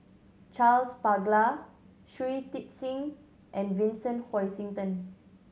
Charles Paglar Shui Tit Sing and Vincent Hoisington